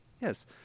Yes